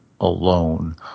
alone